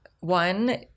One